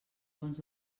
fons